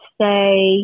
say